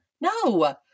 no